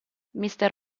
mister